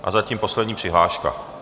A zatím poslední přihláška.